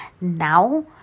Now